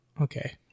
Okay